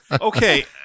Okay